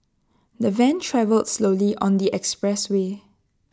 the van travelled slowly on the expressway